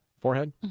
Forehead